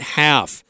half